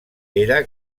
era